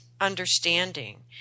understanding